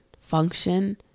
function